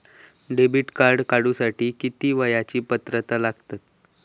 Debit card काढूसाठी किती वयाची पात्रता असतात?